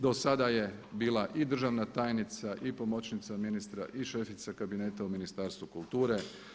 Do sada je bila i državna tajnica i pomoćnica ministra i šefica kabineta u Ministarstvu kulture.